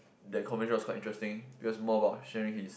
that conversation was quite interesting it was more about sharing his